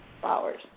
flowers